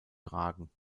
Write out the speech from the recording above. tragen